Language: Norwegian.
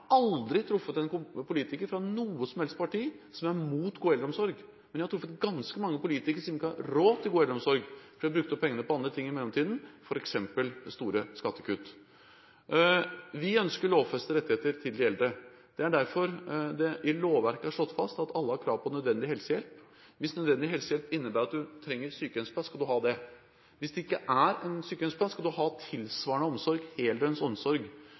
aldri truffet en politiker fra noe som helst parti som er mot god eldreomsorg, men jeg har truffet ganske mange politikere som ikke har råd til god eldreomsorg fordi de har brukt opp pengene på andre ting i mellomtiden, f.eks. store skattekutt. Vi ønsker lovfestede rettigheter til de eldre. Det er derfor det i lovverket er slått fast at alle har krav på nødvendig helsehjelp. Hvis nødvendig helsehjelp innebærer at du trenger sykehjemsplass, skal du ha det. Hvis det ikke er en sykehjemsplass, skal du ha tilsvarende heldøgns omsorg